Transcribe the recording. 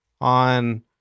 on